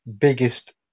biggest